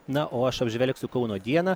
na o aš apžvelgsiu kauno dieną